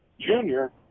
junior